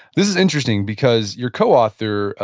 this is interesting, because your coauthor,